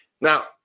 Now